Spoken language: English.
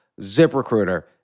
ZipRecruiter